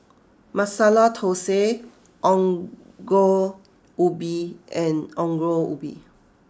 Masala Thosai Ongol Ubi and Ongol Ubi